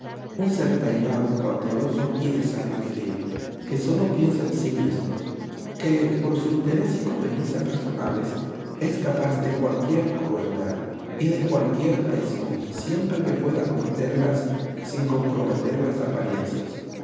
un ser taimado cauteloso y de sangre fría que sólo piensa en sí mismo que por su interés y conveniencia personales es capaz de cualquier crueldad y de cualquier traición siempre que pueda cometerlas sin comprometer las apariencias